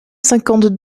cinquante